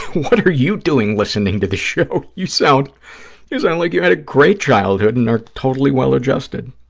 what are you doing, listening to the show? you sound you sound like you had a great childhood and are totally well adjusted.